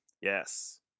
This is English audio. Yes